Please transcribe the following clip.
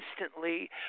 instantly